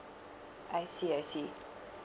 I see I see